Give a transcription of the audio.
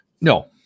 No